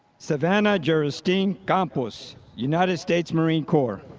savanna jeristine campos, united states marine corps.